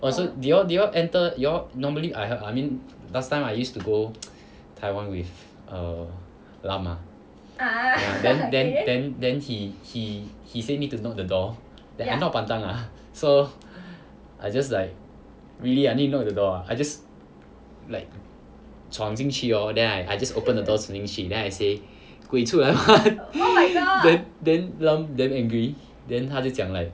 oh so did your did you all enter you all normally I I mean last time I used to go taiwan with err ram ah ya then then then he he he say need to knock the door but I'm not pantang lah so I just like really ah need knock the door ah I just like 闯进去咯 then I just open the door say 闯进去 then I say 鬼出来 then then ram damn angry then 他就讲 like